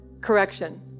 correction